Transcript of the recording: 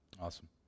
Awesome